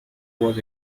was